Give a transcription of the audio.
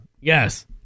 Yes